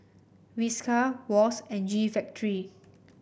Whiskas Wall's and G Factory